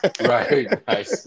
Right